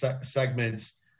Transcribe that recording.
segments